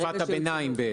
בתקופת הביניים.